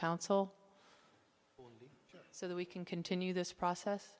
council so that we can continue this process